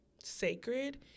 sacred